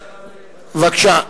בבקשה.